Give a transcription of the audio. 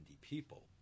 people